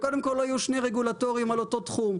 שקודם כל לא יהיו שני רגולטורים על אותו תחום.